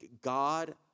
God